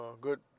good